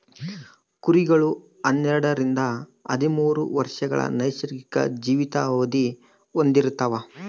ಕುರಿಗಳು ಹನ್ನೆರಡರಿಂದ ಹದಿಮೂರು ವರ್ಷಗಳ ನೈಸರ್ಗಿಕ ಜೀವಿತಾವಧಿನ ಹೊಂದಿರ್ತವ